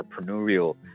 entrepreneurial